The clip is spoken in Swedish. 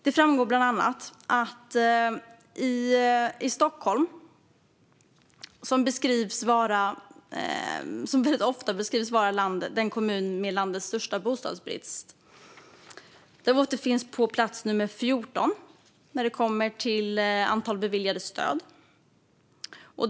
Det framgår bland annat att Stockholm, som väldigt ofta beskrivs som den kommun som har landets största bostadsbrist, återfinns på plats 14 när det gäller antalet beviljade stöd.